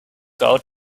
gold